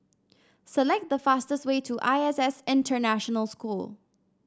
select the fastest way to I S S International School